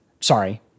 Sorry